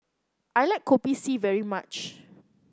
I like Kopi C very much